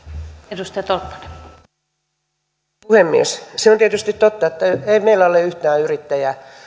arvoisa puhemies se on tietysti totta että ei meillä ole yhtään yrittäjää